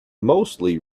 mostly